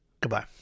Goodbye